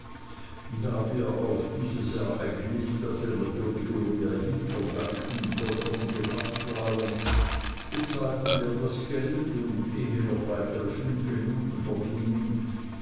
da wir auf dieses ereignis das wir natürlich uriah heep verdankten vollkommen gefaßt waren bezahlten wir das geld und ehe noch weitere fünf minuten vergingen